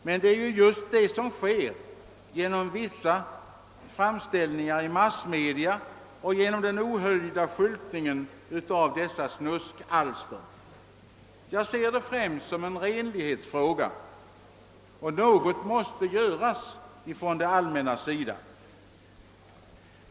Men det är just detta man inte kan undgå genom vissa framställningar i massmedia och genom den ohöljda skyltningen av dessa snuskalster. Jag ser detta problem främst som en renlighetsfråga, och något måste göras från det allmännas sida.